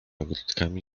ogródkami